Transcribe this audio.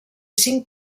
cinc